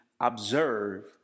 observe